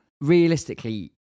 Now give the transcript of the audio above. realistically